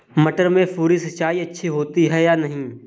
मटर में फुहरी सिंचाई अच्छी होती है या नहीं?